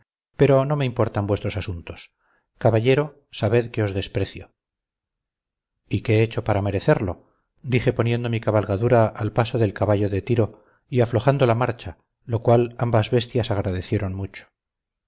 pero no me importan vuestros asuntos caballero sabed que os desprecio y qué he hecho para merecerlo dije poniendo mi cabalgadura al paso del caballo de tiro y aflojando la marcha lo cual ambas bestias agradecieron mucho